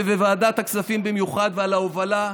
בוועדת הכספים במיוחד ועל ההובלה,